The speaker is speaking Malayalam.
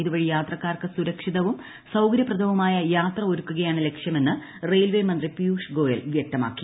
ഇതുവഴി യാത്രക്കാർക്ക് സുരക്ഷിതവും സൌകര്യ പ്രദവുമായ യാത്ര ഒരുക്കുകയാണ് ലക്ഷൃമെന്ന് റെയിൽവേമന്ത്രി പിയൂഷ് ഗോയൽ വ്യക്തമാക്കി